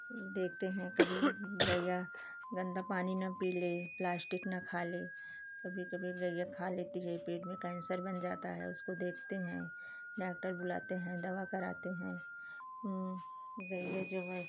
देते हैं कभी गैया गंदा पानी न पी ले प्लास्टिक न खा ले कभी कभी गैया खा लेती पेट में कैंसर बन जाता है उसको देखते हैं डॉक्टर बुलाते हैं दवा कराते हैं गैया जो है